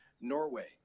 norway